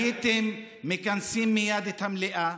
הייתם מכנסים מייד את המליאה,